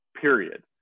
period